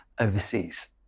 overseas